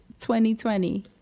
2020